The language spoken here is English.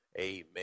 Amen